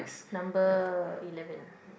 number eleven